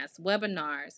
webinars